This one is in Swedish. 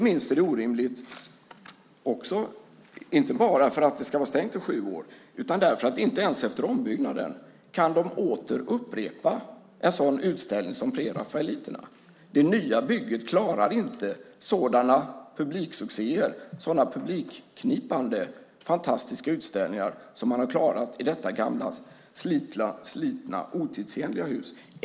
Det är orimligt inte bara för att museet ska vara stängt i sju år utan också, och inte minst, därför att det inte ens efter ombyggnaden kan upprepa en sådan utställning som Prerafaeliterna. Det nya bygget klarar inte sådana publiksuccéer och sådana publikknipande fantastiska utställningar som man har klarat i detta gamla slitna, otidsenliga hus.